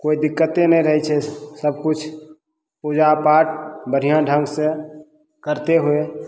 कोइ दिक्कते नहि रहै छै सबकिछु पूजा पाठ बढ़िआँ ढङ्गसे करिते हुए